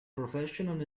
professional